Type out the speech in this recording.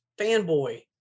fanboy